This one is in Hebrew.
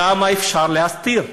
כמה אפשר להסתיר?